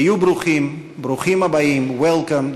היו ברוכים, ברוכים הבאים, welcome.